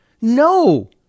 No